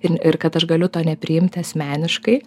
ir ir kad aš galiu to nepriimti asmeniškai